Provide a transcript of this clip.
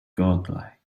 godlike